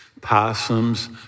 possums